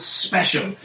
special